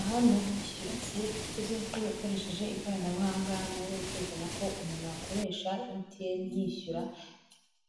Aha ni ukwishyura serivisi zose ukoresheje ikoranabuhanga hano biba biri kwerekana ko umuntu yakoresha Emutiyeni yishyura